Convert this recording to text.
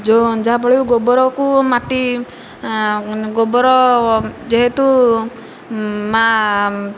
ଯେଉଁ ଯାହାଫଳରେ କି ଗୋବରକୁ ମାଟି ଗୋବର ଯେହେତୁ ମା